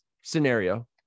scenario